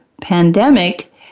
pandemic